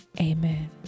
Amen